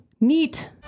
Neat